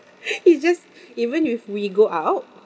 we just even if we go out